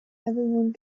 everyone